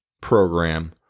program